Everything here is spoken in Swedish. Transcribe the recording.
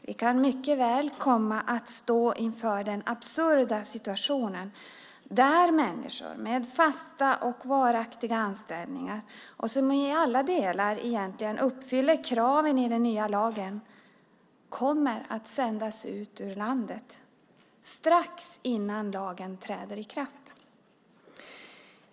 Vi kan mycket väl komma att stå inför den absurda situationen att människor med fasta och varaktiga anställningar, och som i alla delar uppfyller kraven i den nya lagen, kommer att sändas ut ur landet - strax innan lagen träder i kraft.